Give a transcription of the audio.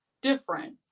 different